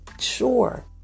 sure